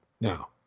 Now